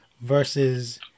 versus